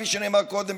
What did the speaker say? כפי שנאמר קודם,